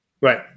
Right